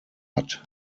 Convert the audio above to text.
hat